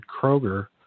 Kroger